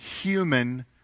human